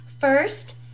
First